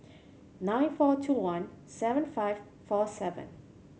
nine four two one seven five four seven